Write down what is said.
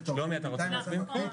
שלומי, אתה רוצה להסביר?